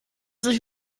sich